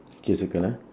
K circle ah